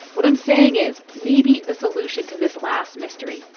what i'm saying is maybe the solution to this last mystery,